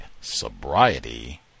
sobriety